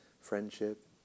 Friendship